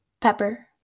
Pepper